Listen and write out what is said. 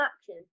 action